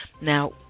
Now